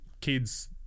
kids